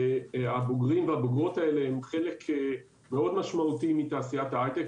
והבוגרים והבוגרות האלה הם חלק מאוד משמעותי מתעשיית ההייטק,